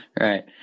Right